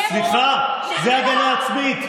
סליחה, זו הגנה עצמית.